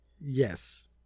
Yes